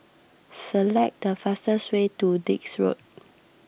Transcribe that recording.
select the fastest way to Dix Road